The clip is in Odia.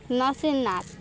ନସୀନ୍ନାଥ